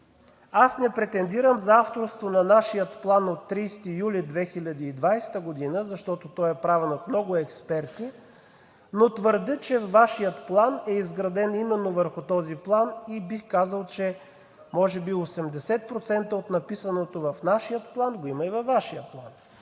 Не претендирам за авторство на нашия план от 30 юли 2020 г., защото той е правен от много експерти, но твърдя, че Вашият план е изграден именно върху този план и бих казал, че може би 80% от написаното в нашия план го има и във Вашия план.